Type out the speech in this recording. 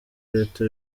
leta